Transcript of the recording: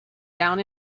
down